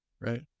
right